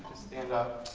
stand up.